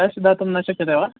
cash दातुं न शक्यते वा